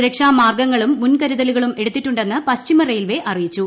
സുരക്ഷാ മാർഗ്ഗുങ്ങളും മുൻകരുതലുകളും എടുത്തിട്ടുണ്ടെന്ന് പശ്ചിമ റെയിൽവേ അറിയിച്ചു